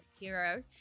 Hero